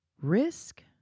risk